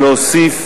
להוסיף